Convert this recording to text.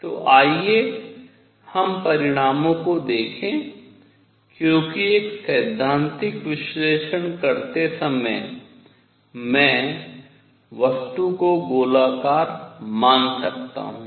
तो आइए हम परिणामों को देखें क्योंकि एक सैद्धांतिक विश्लेषण करते समय मैं वस्तु को गोलाकार मान सकता हूँ